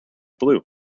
blu